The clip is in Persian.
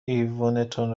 ایوونتون